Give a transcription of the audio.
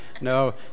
no